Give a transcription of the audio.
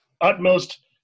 utmost